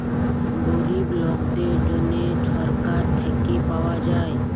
গরিব লকদের জ্যনহে ছরকার থ্যাইকে পাউয়া যায়